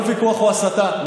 כל ויכוח הוא הסתה?